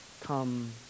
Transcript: come